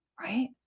right